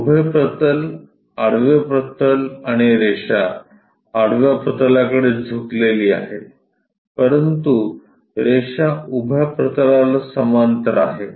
उभे प्रतलआडवे प्रतल आणि रेषा आडव्या प्रतलाकडे झुकलेली आहे परंतु रेषा उभ्या प्रतलाला समांतर आहे